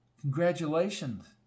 congratulations